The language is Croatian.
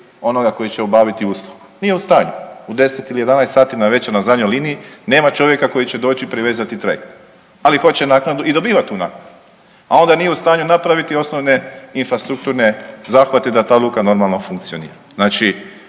onoga koji će obaviti uslugu. Nije u stanju. U 10 ili 11 sati navečer nema čovjeka koji će doći i privezati trajekt, ali hoće naknadu i dobiva tu naknadu, a onda nije u stanju napraviti osnovne infrastrukturne zahvate da ta luka normalno funkcionira. Znači